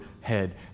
head